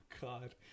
God